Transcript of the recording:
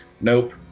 nope